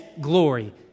glory